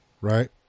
right